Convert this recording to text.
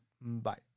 bye